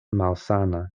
malsana